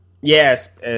Yes